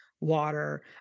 water